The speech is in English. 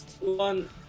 one